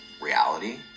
reality